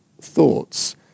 thoughts